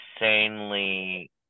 insanely